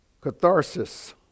catharsis